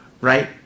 right